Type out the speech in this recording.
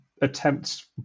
attempts